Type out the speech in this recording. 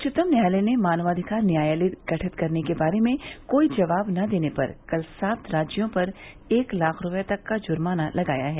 उच्चतम न्यायालय ने मानवाधिकार न्यायालय गठित करने के बारे में कोई जवाब न देने पर कल सात राज्यों पर एक लाख रुपये तक का जुर्माना लगाया है